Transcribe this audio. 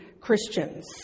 Christians